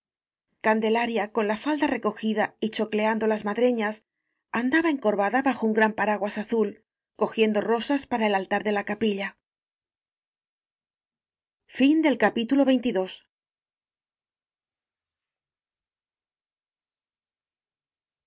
candelaria con la fal da recogida y chocleando las madreñas an daba encorvada bajo un gran paraguas azul cogiendo rosas para el altar de la capilla